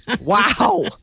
Wow